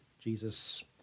Jesus